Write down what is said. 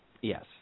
Yes